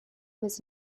was